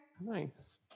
nice